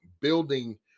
building